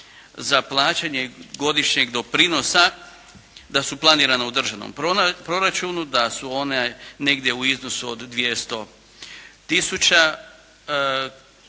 za plaćanje godišnjeg doprinosa da su planirana u državnom proračunu, da su one negdje u iznosu od 200 tisuća